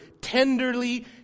Tenderly